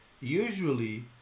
usually